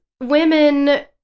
women